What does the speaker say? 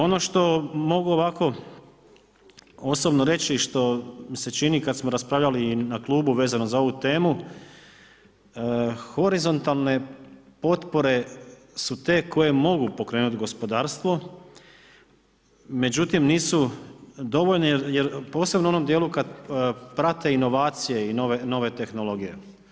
Ono što mogu ovako osobno reći što mi se čini kad smo raspravljali na klubu vezano za ovu temu, horizontalne potpore su te koje mogu pokrenuti gospodarstvo, međutim, nisu dovoljne jer posebno u onom dijelu kad prate inovacije i nove tehnologije.